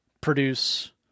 produce